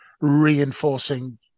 reinforcing